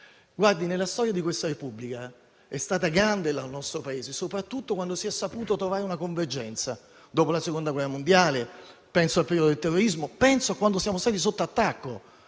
Nella storia di questa Repubblica è stato grande il nostro Paese soprattutto quando si è saputo trovare una convergenza: dopo la Seconda guerra mondiale, penso al periodo del terrorismo e penso a quando siamo stati sotto attacco